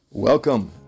Welcome